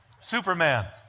Superman